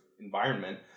environment